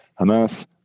Hamas